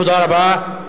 תודה רבה.